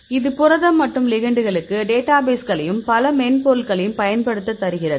இது புரதம் மற்றும் லிகெண்டுகளுக்கு டேட்டாபேஸ்களையும் பல மென்பொருளையும் பயன்படுத்த தருகிறது